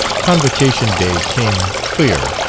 convocation day came clear,